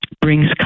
brings